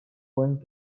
going